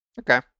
Okay